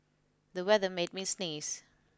the weather made me sneeze